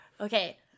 Okay